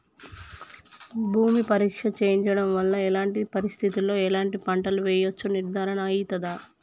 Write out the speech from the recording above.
భూమి పరీక్ష చేయించడం వల్ల ఎలాంటి పరిస్థితిలో ఎలాంటి పంటలు వేయచ్చో నిర్ధారణ అయితదా?